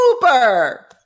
Cooper